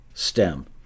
stem